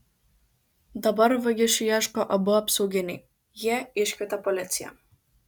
dabar vagišių ieško abu apsauginiai jie iškvietė policiją